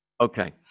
Okay